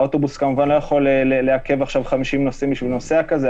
האוטובוס כמובן לא יכול לעכב עכשיו 50 נוסעים בשביל נוסע כזה.